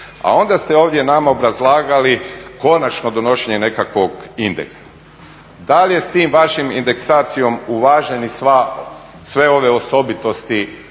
A onda ste ovdje nama obrazlagali konačno donošenje nekakvog indeksa. Da li je s tom vašom indekasacijom uvažene sve ove osobitosti